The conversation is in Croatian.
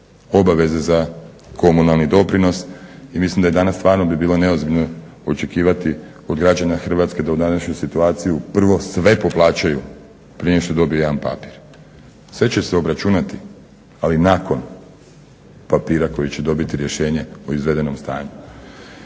obaveze za komunalni doprinos. I mislim da danas stvarno bi bilo neozbiljno očekivati od građana Hrvatske da u današnjoj situaciji prvo sve poplaćaju prije nego što dobije jedan papir. Sve će se obračunati, ali nakon papira koji će dobiti rješenje o izvedenom stanju.